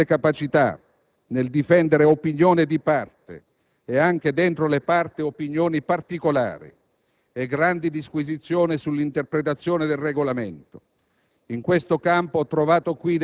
interventi segnati da una grande capacità nel difendere opinioni di parte e anche dentro le parti, opinioni particolari e grandi disquisizioni sull'interpretazione del Regolamento.